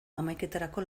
hamaiketarako